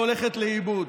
כתוב: לא תחסום שור בדישו.